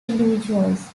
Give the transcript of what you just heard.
individuals